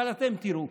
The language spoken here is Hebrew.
אבל אתם תראו.